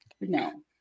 No